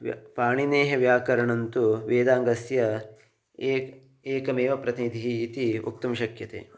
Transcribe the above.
वा पाणिनेः व्याकरणं तु वेदाङ्गस्य एका एका एव प्रतिनिधिः इति वक्तुं शक्यते